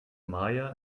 maja